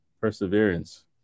perseverance